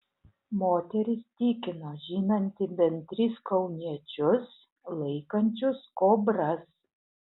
moteris tikino žinanti bent tris kauniečius laikančius kobras